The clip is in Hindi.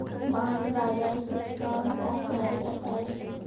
बांड बाजार सूचकांक कौन जारी करता है?